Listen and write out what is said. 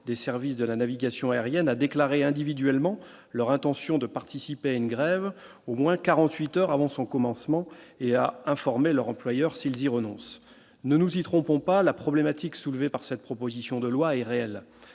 des services de la navigation aérienne, a déclaré individuellement leur intention de participer à une grève au moins 48 heures avant son commencement et à informer leur employeur s'ils y renonce, ne nous y trompons pas : la problématique soulevée par cette proposition de loi est réel en